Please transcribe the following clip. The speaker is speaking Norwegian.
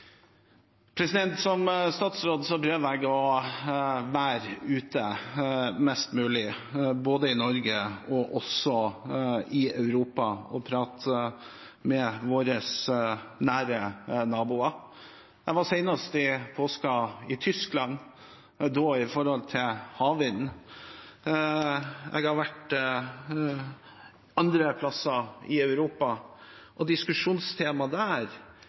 Som statsråd prøver jeg å være mest mulig ute, både i Norge og også i Europa, og prate med våre nære naboer. Jeg var senest i påsken i Tyskland, da gjaldt det havvind, og jeg har vært andre plasser i Europa.